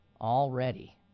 already